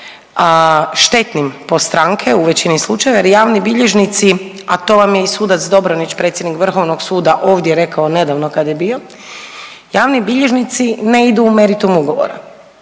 štetnim po stranke u većini slučajeva jer javni bilježnici, a to vam je i sudac Dobronić predsjednik Vrhovnog suda ovdje rekao nedavno kad je bio, javni bilježnici ne idu u meritum ugovora.